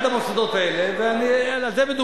אתה נתת דוגמה לאחד המוסדות האלה, ועל זה מדובר.